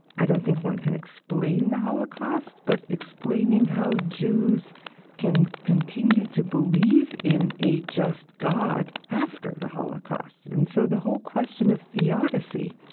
i don't think one can explain the holocaust, but explaining how jews can continue to believe in a just god after the holocaust. and so the whole question of theodicy,